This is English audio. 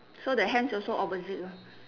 so the hands also opposite lah